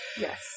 Yes